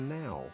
now